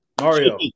Mario